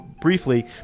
briefly